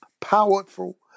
powerful